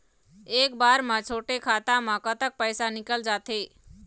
एक बार म छोटे खाता म कतक पैसा निकल जाथे?